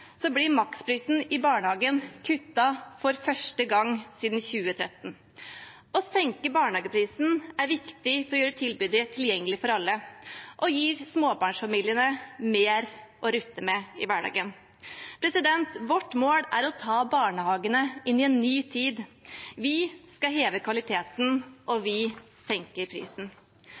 blir maksprisen i barnehage kuttet for første gang siden 2013. Å senke barnehageprisen er viktig for å gjøre tilbudet tilgjengelig for alle, og det gir småbarnsfamiliene mer å rutte med i hverdagen. Vårt mål er å ta barnehagene inn i en ny tid. Vi skal heve kvaliteten, og vi senker prisen.